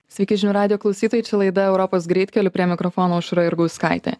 sveiki žinių radijo klausytojai čia laida europos greitkeliu prie mikrofono aušra jurgauskaitė